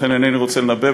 לכן אינני רוצה לנבא,